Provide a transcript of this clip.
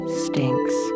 stinks